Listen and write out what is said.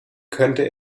könnte